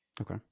Okay